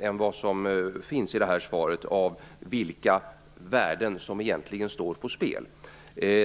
än vad som finns i det här svaret av vilka värden som egentligen står på spel.